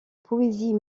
poésie